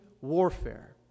warfare